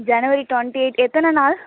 ஜனவரி twenty eight எத்தனை நாள்